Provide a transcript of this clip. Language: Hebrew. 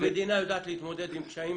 המדינה יודעת להתמודד עם קשיים